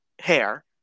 hair